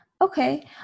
Okay